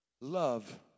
love